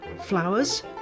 flowers